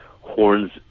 horns